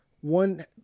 one